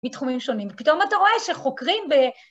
‫מתחומים שונים, ‫ופתאום אתה רואה שחוקרים ב...